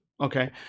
Okay